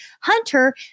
Hunter